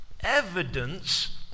evidence